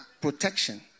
protection